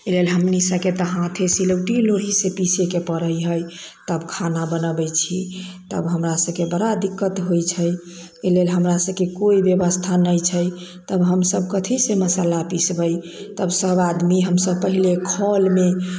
एहि लेल हमनीसबके तऽ हाथे सिलौटी लोढ़ी से पीसै के परे है तब खाना बनबै छी तब हमरासबके बड़ा दिक्कत होइ छै एहि लेल हमरासबके कोइ व्यवस्था नहि छै तब हमसब कथी से मशाला पिसबै तब सब आदमी हमसब पहिले खोल मे